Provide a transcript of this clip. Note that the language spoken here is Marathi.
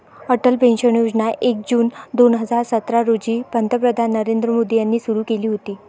अटल पेन्शन योजना एक जून दोन हजार सतरा रोजी पंतप्रधान नरेंद्र मोदी यांनी सुरू केली होती